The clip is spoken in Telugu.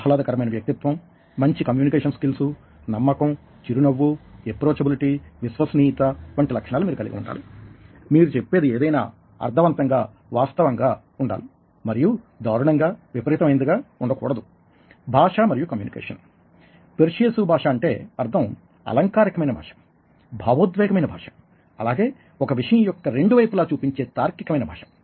ఆహ్లాదకరమైన వ్యక్తిత్వం మంచి కమ్యూనికేషన్ స్కిల్స్ నమ్మకంచిరునవ్వు ఎప్రోచబిలిటీ విశ్వసనీయత వంటి లక్షణాలు మీరు కలిగి ఉండాలి మీరు చెప్పేది ఏదైనా అర్ధవంతంగా వాస్తవంగా ఉండాలి మరియు దారుణంగా విపరీతమైనదిగా ఉండకూడదు భాష మరియు కమ్యూనికేషన్ పెర్స్యుయేసివ్ భాష అంటే అర్థం అలంకారికమైన భాష భావోద్వేగమైన భాష అలాగే ఒక విషయం యొక్క రెండు వైపులా చూపించే తార్కికమైన భాష